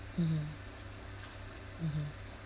mmhmm mmhmm